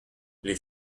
les